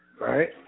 right